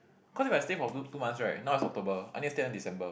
cause if I stay for two two months right now is October I need to stay until December